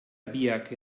biak